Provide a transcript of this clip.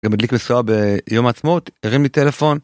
מדליק משואה ביום העצמאות הרים לי טלפון.